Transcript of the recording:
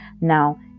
now